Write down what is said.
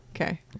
Okay